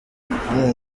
kandi